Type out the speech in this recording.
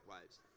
waves